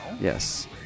Yes